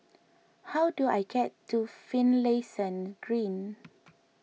how do I get to Finlayson Green